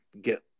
get